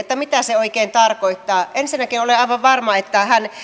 mitä tämä kokeilukulttuuri oikein tarkoittaa ensinnäkin olen aivan varma että hän